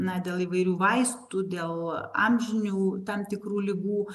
na dėl įvairių vaistų dėl amžinių tam tikrų ligų